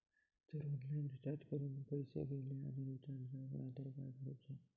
जर online recharge करून पैसे गेले आणि रिचार्ज जावक नाय तर काय करूचा?